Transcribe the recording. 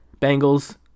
Bengals